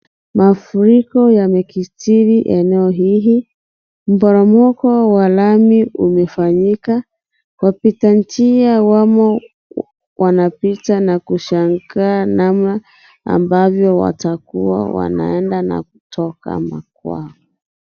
Mafuriko yamekithiri eneo hii, mporomoko wa lami umefanyika, wapita njia wamo wanapita na kushangaa namna ambavyo watakuwa wanaenda na kutoka makwao.